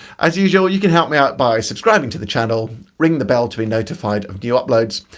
as usual you can help me out by subscribing to the channel, ring the bell to be notified of new uploads,